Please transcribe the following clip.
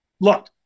look